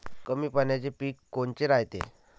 कमी पाण्याचे पीक कोनचे रायते?